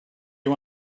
you